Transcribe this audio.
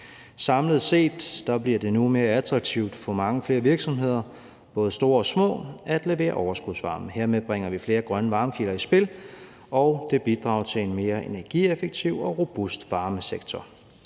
Samlet set bliver det nu mere attraktivt for mange flere virksomheder, både store og små, at levere overskudsvarme. Hermed bringer vi flere grønne varmekilder i spil, og det bidrager til en mere energieffektiv og robust varmesektor.